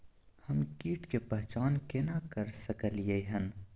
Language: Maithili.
हम कीट के पहचान केना कर सकलियै हन?